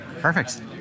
Perfect